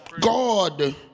God